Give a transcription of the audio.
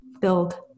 build